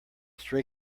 stray